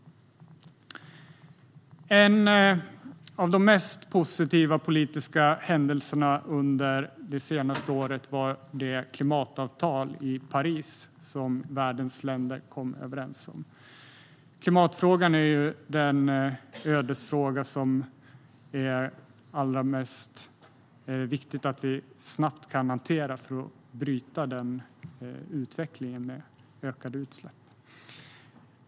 En av de mest positiva politiska händelserna under det senaste året var det klimatavtal i Paris som världens länder kom överens om. Klimatfrågan är den ödesfråga som det är allra mest viktigt att vi snabbt kan hantera. Det gäller att bryta utvecklingen med ökade utsläpp.